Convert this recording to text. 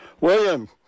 William